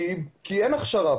כי אין פה הכשרה.